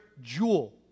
jewel